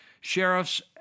sheriffs